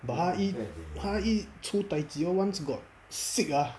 but 他一他一出 tai ji once got sick ah